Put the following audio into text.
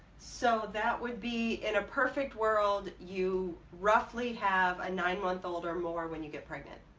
so that would be in a perfect world you roughly have a nine-month-old or more when you get pregnant.